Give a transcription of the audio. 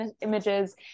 images